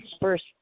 first